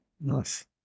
Nice